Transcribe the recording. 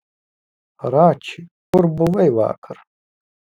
rači kur buvai vakar